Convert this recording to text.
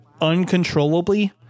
uncontrollably